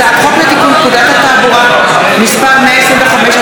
הצעת חוק לתיקון פקודת התעבורה (מס' 125),